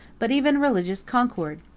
but even religious concord.